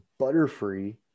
butterfree